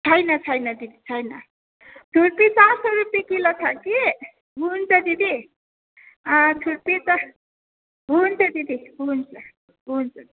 छैन छैन दिदी छैन छुर्पी चार सौ रुपियाँ किलो छ कि हुन्छ दिदी छुर्पी त हुन्छ दिदी हुन्छ हुन्छ